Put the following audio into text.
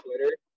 Twitter